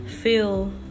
feel